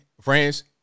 Friends